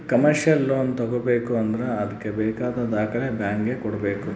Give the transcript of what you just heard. commercial loan ತಗೋಬೇಕು ಅಂದ್ರೆ ಅದ್ಕೆ ಬೇಕಾದ ದಾಖಲೆ ಬ್ಯಾಂಕ್ ಗೆ ಕೊಡ್ಬೇಕು